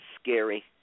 scary